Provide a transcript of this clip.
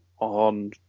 on